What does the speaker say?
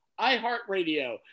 iHeartRadio